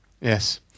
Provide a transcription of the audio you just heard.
Yes